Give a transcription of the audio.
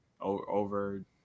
over